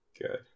good